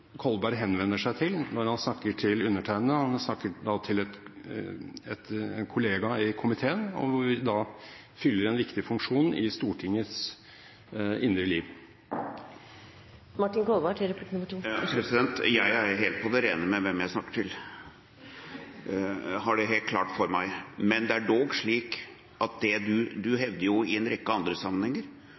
Kolberg henvender seg til når han snakker til undertegnede. Han snakker da til en kollega i komiteen, hvor vi fyller en viktig funksjon i Stortingets indre liv. Jeg er helt på det rene med hvem jeg snakker til! Jeg har det helt klart for meg. Det er dog slik at han i en rekke andre sammenhenger